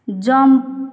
jump